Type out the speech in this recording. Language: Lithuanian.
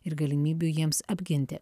ir galimybių jiems apginti